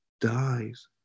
dies